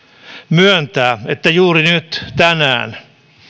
myöntää että juuri nyt tänään